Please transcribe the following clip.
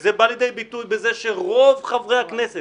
וזה בא לידי ביטוי בזה שרוב חברי הכנסת